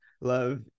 love